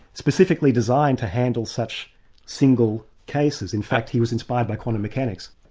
specifically designed to handle such single cases. in fact he was inspired by quantum mechanics.